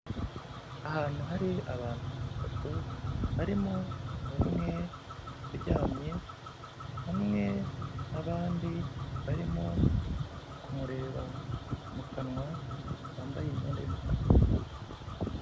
Ahantu hari abantu batatu, barimo umwe uryamye, hamwe n'abandi barimo kumureba mu kanwa, bambaye imyenda y'umukara.